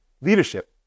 Leadership